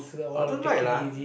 I don't like lah